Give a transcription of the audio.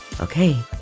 Okay